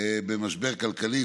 במשבר כלכלי.